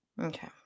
Okay